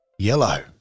yellow